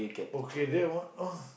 okay then what of